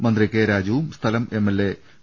മന്ത്രി കെ രാജുവും സ്ഥലം എം എൽ എ വി